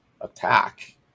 attack